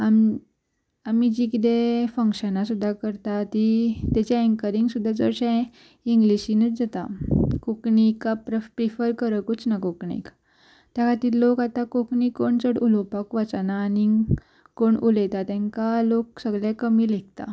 आमी आमी जी कितें फंक्शनां सुद्दां करता तीं तेच्या एंकरींग सुद्दां चडशें इंग्लिशीनूच जाता कोंकणी का प्रिफर करकूच ना कोंकणीक त्या खातीर लोक आतां कोंकणी कोण चड उलोवपाक वचना आनीक कोण उलयता तेंकां लोक सगळे कमी लेखता